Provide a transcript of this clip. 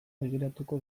begiratuko